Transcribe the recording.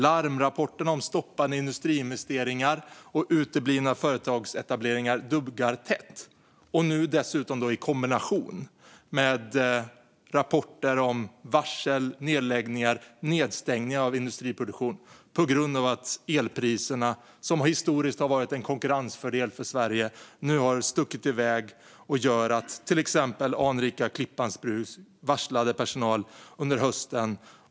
Larmrapporterna om stoppade industriinvesteringar och uteblivna företagsetableringar duggar tätt, nu dessutom i kombination med rapporter om varsel, nedläggningar och nedstängningar av industriproduktion på grund av att elpriserna, som historiskt har varit en konkurrensfördel för Sverige, nu har stuckit iväg och gjort att till exempel anrika Klippans Bruk varslat personal under hösten.